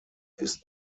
ist